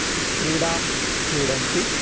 क्रीडां क्रीडन्ति